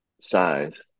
size